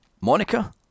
Monica